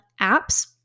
apps